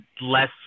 less